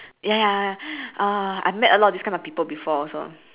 ya ya ya uh I've met a lot of these kind of people before also